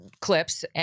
clips